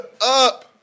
up